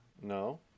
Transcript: No